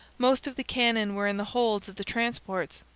most of the cannon were in the holds of the transports,